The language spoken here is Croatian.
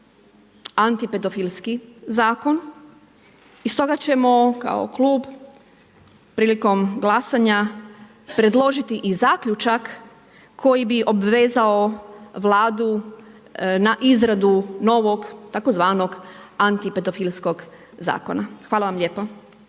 antipedofilski i stoga ćemo kao klub prilikom glasanja predložiti i zaključak koji bi obvezao Vladu na izradu novog tzv. antipedofilskog zakona. Hvala vam lijepo.